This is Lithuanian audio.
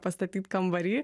pastatyt kambary